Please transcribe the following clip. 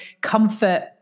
comfort